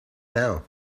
now